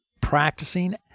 practicing